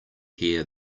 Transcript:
hear